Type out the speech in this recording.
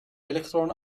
elektronen